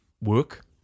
work